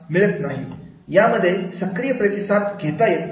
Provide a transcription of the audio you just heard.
यामध्ये सक्रिय प्रतिसाद घेता येत नाही